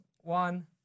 One